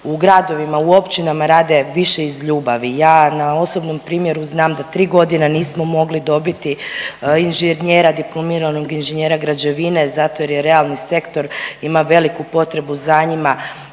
u gradovima i u općinama rade više iz ljubavi. Ja na osobnom primjeru znam da 3.g. nismo mogli dobiti inženjera, diplomiranog inženjera građevine zato jer je realni sektor ima veliku potrebu za njima